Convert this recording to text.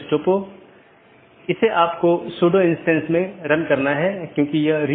update message मूल रूप से BGP साथियों के बीच से रूटिंग जानकारी है